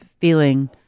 feeling